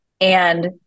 and-